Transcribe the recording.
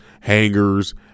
hangers